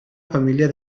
familia